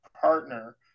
partner